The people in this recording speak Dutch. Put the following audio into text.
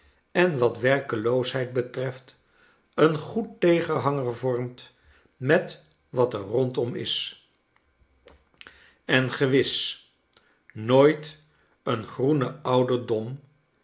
en wat werkeloosheid betreft een goed tegenhanger vormt met wat er rondom is en gewis nooit een groenen